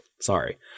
Sorry